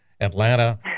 atlanta